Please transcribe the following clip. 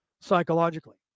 psychologically